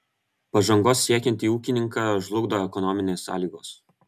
pažangos siekiantį ūkininką žlugdo ekonominės sąlygos